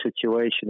situation